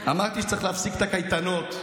אמרתי שצריך להפסיק את הקייטנות,